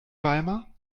weimar